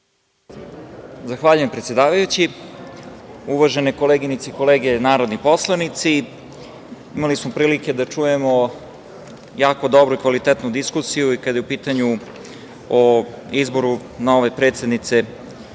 Zahvaljujem, predsedavajući. Uvažene koleginice i kolege narodni poslanici, imali smo prilike da čujemo jako dobru i kvalitetnu diskusiju i kada je u pitanju izbor nove predsdnice